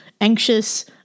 anxious